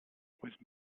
with